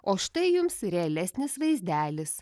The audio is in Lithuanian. o štai jums realesnis vaizdelis